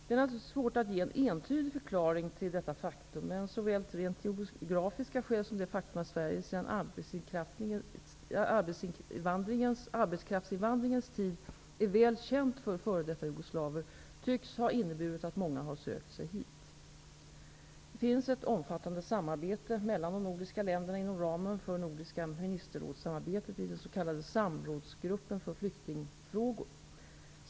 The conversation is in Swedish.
Det är naturligtvis svårt att ge en entydig förklaring till detta faktum, men såväl rent geografiska skäl som det faktum att Sverige sedan arbetskraftsinvandringens tid är väl känt för f.d. jugoslaver tycks ha inneburit att många sökt sig hit. Det finns ett omfattande samarbete mellan de nordiska länderna inom ramen för nordiska ministerrådssamarbetet i den s.k. samrådsgruppen för flyktingfrågor.